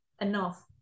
enough